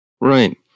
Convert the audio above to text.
Right